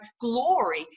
glory